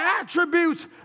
attributes